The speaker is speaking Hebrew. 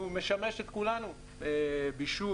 הוא משמש את כולנו בישול,